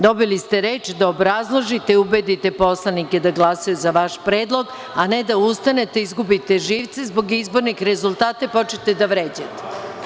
Dobili ste reč da obrazložite i ubedite poslanike da glasaju za vaš predlog, a ne da ustanete, izgubite živce zbog izbornih rezultata i počnete da vređate.